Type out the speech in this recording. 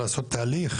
תהיו תכליתיים.